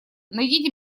найдите